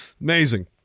Amazing